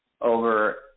over